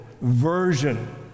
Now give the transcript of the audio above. version